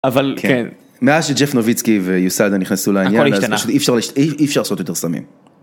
אבל כן, מאז שג'פ נוביצקי ויוסלדה נכנסו לעניין, הכל השתנה, אי אפשר לעשות יותר סמים.